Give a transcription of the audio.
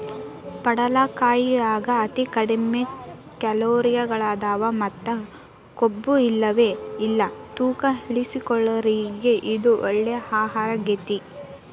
ಪಡವಲಕಾಯಾಗ ಅತಿ ಕಡಿಮಿ ಕ್ಯಾಲೋರಿಗಳದಾವ ಮತ್ತ ಕೊಬ್ಬುಇಲ್ಲವೇ ಇಲ್ಲ ತೂಕ ಇಳಿಸಿಕೊಳ್ಳೋರಿಗೆ ಇದು ಒಳ್ಳೆ ಆಹಾರಗೇತಿ